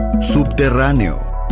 Subterráneo